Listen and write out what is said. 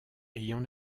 ayant